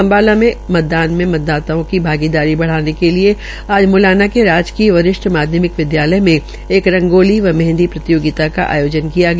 अम्बाला मे मतदान में मतदाताओं की भागीदारी बढ़ाने के लिये आज मुलाना के राजकीय वरिष्ठ माध्यमिक विदयालय मे रंगोली व मेंहदी प्रतियोगिता का आयोजन किया गया